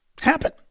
happen